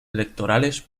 electorales